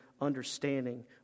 understanding